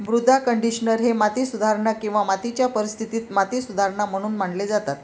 मृदा कंडिशनर हे माती सुधारणा किंवा मातीच्या परिस्थितीत माती सुधारणा म्हणून मानले जातात